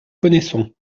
connaissons